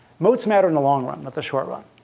moats matter in the long run, not the short run.